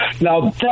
Now